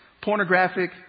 pornographic